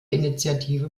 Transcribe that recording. initiative